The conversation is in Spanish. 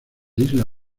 isla